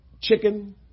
chicken